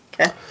Okay